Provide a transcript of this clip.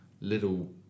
little